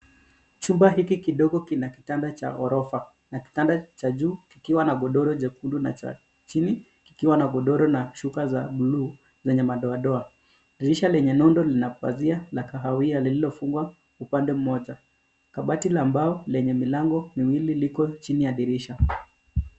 Chumba hiki kidogo kina kitanda cha ghorofa na kitanda cha juu kikiwa na godoro jekundu na cha chini kikiwa na godoro na shuka za bluu zenye madoadoa. Dirisha lenye nundo lina pazia la kahawia lililofungwa upande mmoja. Kabati la mbao lenye milango miwili liko chini ya dirisha.